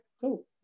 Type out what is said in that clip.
cool